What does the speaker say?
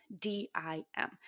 D-I-M